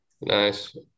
Nice